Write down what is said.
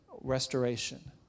restoration